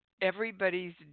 everybody's